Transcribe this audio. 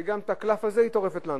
שגם את הקלף הזה היא טורפת לנו.